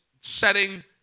setting